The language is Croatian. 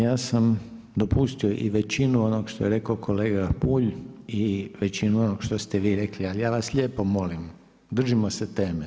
Ja sam dopustio i većinu onoga što je rekao kolega Bulj i većinu što ste vi rekli, ali ja vas lijepo molim držimo se teme.